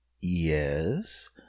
Yes